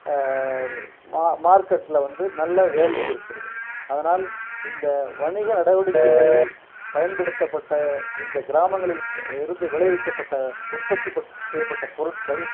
மா மார்க்கெட்டில் வந்து நல்ல வேல்யூ இருக்கிறது அதனால் இந்த வணிக நடைவடிக்கைகளில் பயன்படுத்தப்பட்ட இந்த கிராமங்களில் இருந்து விளைவிக்கப்பட்ட உற்பத்தி பட் செய்யப்பட்ட பொருட்கள்